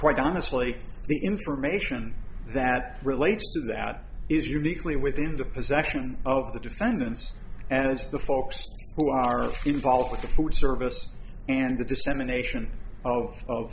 quite honestly the information that relates to that is uniquely within the possession of the defendants as the folks who are involved with the food service and the dissemination of o